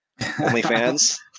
OnlyFans